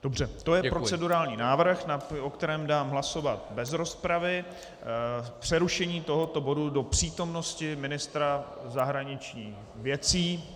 Dobře, to je procedurální návrh, o kterém dám hlasovat bez rozpravy: přerušení tohoto bodu do přítomnosti ministra zahraničních věcí.